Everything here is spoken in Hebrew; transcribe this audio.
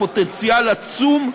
הפוטנציאל עצום.